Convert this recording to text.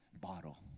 bottle